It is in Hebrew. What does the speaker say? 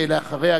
ואחריה,